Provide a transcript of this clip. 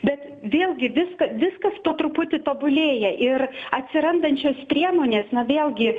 bet vėlgi viska viskas po truputį tobulėja ir atsirandančios priemonės na vėlgi